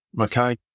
okay